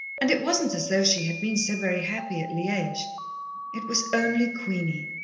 and it wasn't as though she had been so very happy at liege. it was only queenie.